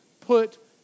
put